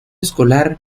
escolar